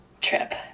trip